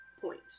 point